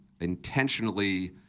intentionally